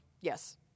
yes